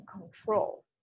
control